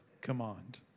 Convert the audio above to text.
command